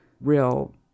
real